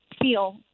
feel